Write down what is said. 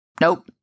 Nope